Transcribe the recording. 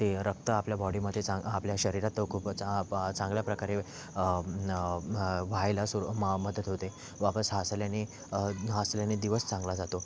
ते रक्त आपल्या बॉडीमध्ये चां आपल्या शरीरात खूप चा चांगल्याप्रकारे वहायला सुरू म मदत होते वापस हसल्याने हसल्याने दिवस चांगला जातो